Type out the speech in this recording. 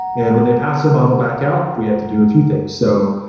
and when they pass the model back out, we have to do a few things. so,